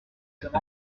cette